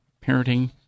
parenting